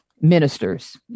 ministers